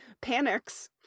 panics